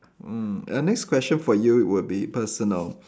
mm ah next question for you it would be personal